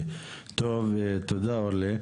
טוב, תודה אורלי.